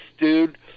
dude